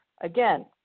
Again